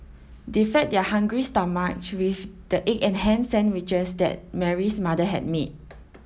they fed their hungry stomachs with the egg and ham sandwiches that Mary's mother had made